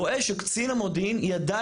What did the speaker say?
רואה שקצין המודיעין ידע,